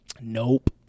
Nope